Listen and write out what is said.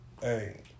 Hey